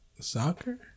soccer